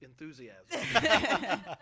enthusiasm